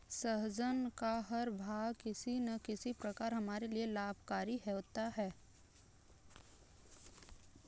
सहजन का हर भाग किसी न किसी प्रकार हमारे लिए लाभकारी होता है